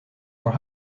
are